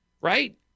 right